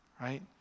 right